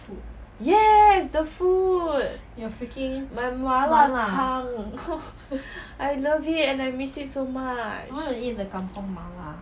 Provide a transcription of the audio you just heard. yes the food my 麻辣汤 I love it and I miss it so much